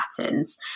patterns